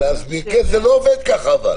אבל זה לא עובד ככה.